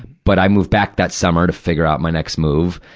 but i moved back that summer to figure out my next move.